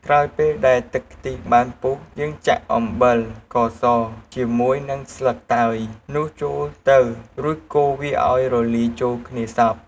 ក្រោយពេលដែលទឹកខ្ទិះបានពុះ យើងចាក់អំបិល ស្ករស ជាមួយនឹងស្លឹកតើយនោះចូលទៅរួចកូរវាឱ្យរលាយចូលគ្នាសព្វ។